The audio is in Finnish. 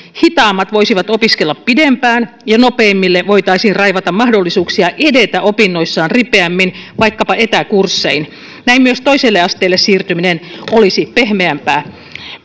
hitaammat voisivat opiskella pitempään ja nopeimmille voitaisiin raivata mahdollisuuksia edetä opinnoissaan ripeämmin vaikka etäkurssein näin myös toiselle asteelle siirtyminen olisi pehmeämpää